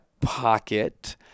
pocket